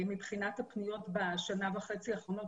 מבחינת הפניות בשנה וחצי האחרונות,